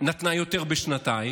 נתנה יותר בשנתיים.